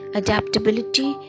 adaptability